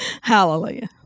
Hallelujah